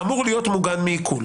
אמור להיות מוגן מעיקול.